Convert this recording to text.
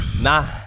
Nah